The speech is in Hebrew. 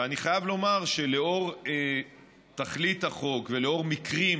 אני חייב לומר שלאור תכלית החוק וגם לאור מקרים